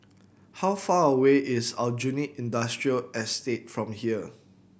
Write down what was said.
how far away is Aljunied Industrial Estate from here